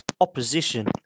opposition